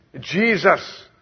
Jesus